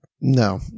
No